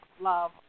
love